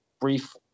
brief